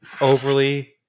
overly